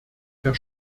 der